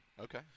Okay